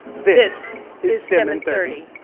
this is stem in thirty.